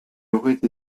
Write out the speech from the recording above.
aurait